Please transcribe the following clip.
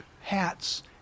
hats